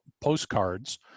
postcards